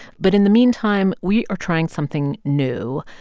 but in the meantime, we are trying something new.